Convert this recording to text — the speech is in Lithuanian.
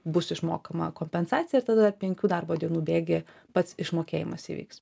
bus išmokama kompensacija ir tada penkių darbo dienų bėgyje pats išmokėjimas įvyks